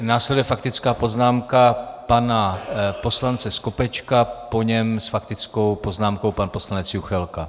Následuje faktická poznámka pana poslance Skopečka, po něm s faktickou poznámkou pan poslanec Juchelka.